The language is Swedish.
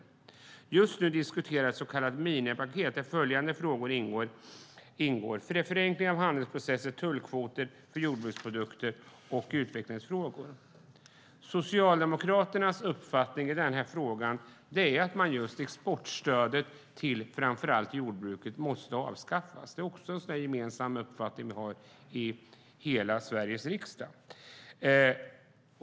För närvarande diskuteras ett så kallat minipaket där frågor om förenkling av handelsprocesser och tullkvoter för jordbruksprodukter samt utvecklingsfrågor ingår. Socialdemokraternas uppfattning i denna fråga är att exportstödet till framför allt jordbruket måste avskaffas. Där har vi en gemensam uppfattning i Sveriges riksdag.